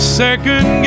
second